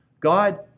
God